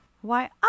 Why